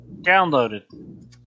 downloaded